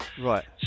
Right